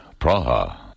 Praha